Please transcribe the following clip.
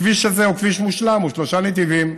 הכביש הזה הוא כביש מושלם, הוא שלושה נתיבים.